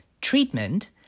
Treatment